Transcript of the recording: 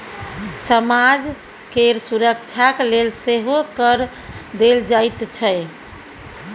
समाज केर सुरक्षाक लेल सेहो कर देल जाइत छै